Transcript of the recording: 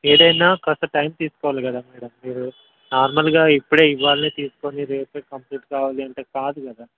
ఏదైనా కొంత టైం తీసుకోవాలి కదా మేడం మీరు నార్మల్గా ఇప్పుడే ఇవాళే తీసుకుని రేపు కంప్లీట్ కావాలి అంటే కాదు కదా